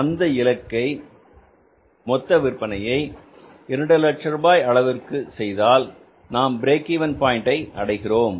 அதாவது இந்த மொத்த விற்பனையை இரண்டு லட்ச ரூபாய் அளவிற்கு செய்தால் நாம் பிரேக் இவென் பாயின்ட் ஐ அடைகிறோம்